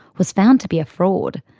was found to be a fraud.